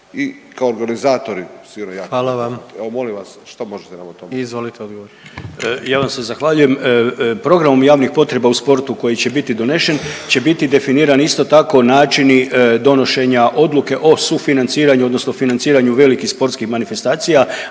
Gordan (HDZ)** Izvolite odgovor. **Družak, Tomislav** Ja vam se zahvaljujem. Programom javnih potreba u sportu koji će biti donesen će biti definirani isto tako načini donošenja odluke o sufinanciranju odnosno financiranju velikih sportskih manifestacija,